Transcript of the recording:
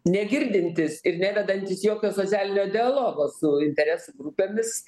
negirdintys ir nevedantys jokio socialinio dialogo su interesų grupėmis